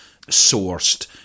sourced